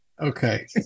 okay